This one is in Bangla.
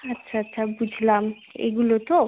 আচ্ছা আচ্ছা বুঝলাম এগুলো তো